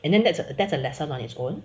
and then that's that's a lesson on its own